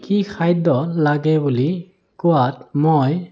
কি খাদ্য লাগে বুলি কোৱাত মই